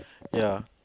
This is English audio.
ya